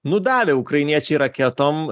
nudavę ukrainiečiai raketom